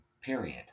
period